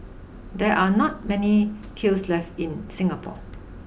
there are not many kilns left in Singapore